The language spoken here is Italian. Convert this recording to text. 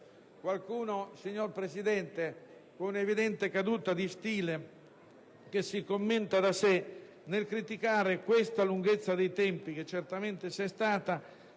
Qualcuno, signor Presidente, con un'evidente caduta di stile che si commenta da sé, nel criticare questa lunghezza dei tempi, che certamente c'è stata,